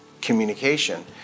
communication